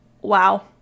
wow